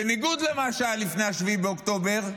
בניגוד למה שהיה לפני 7 באוקטובר,